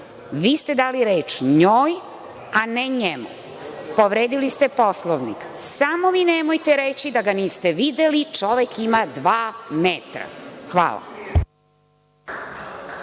Vi ste dali reč njoj, a ne njemu. Povredili ste Poslovnik. Samo mi nemojte reći da ga niste videli, čovek ima 2 metra. Hvala.